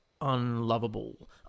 unlovable